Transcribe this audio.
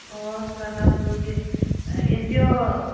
ꯑꯣ ꯆꯨꯔꯥꯆꯥꯟꯄꯨꯔꯒꯤ N G ꯌꯣ